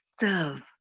serve